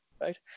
right